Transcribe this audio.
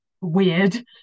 weird